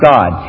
God